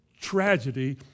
tragedy